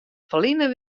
ferline